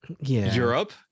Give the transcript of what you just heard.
Europe